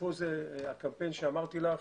זה הקמפיין שדיברתי עליו.